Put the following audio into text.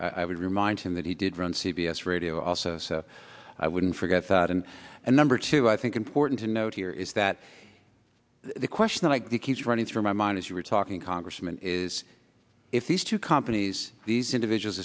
would remind him that he did run c b s radio also i wouldn't forget that and a number two i think important to note here is that the question i think he's running through my mind as you were talking congressman is if these two companies these individuals